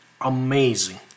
amazing